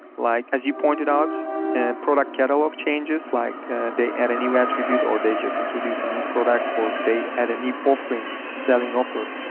like as you pointed, out and product catalogue changes, like they add any attribute or they just introduce a new product or they add any offering, selling offer,